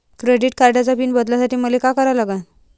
Credit कार्डाचा PIN बदलासाठी मले का करा लागन?